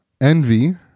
Envy